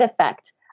effect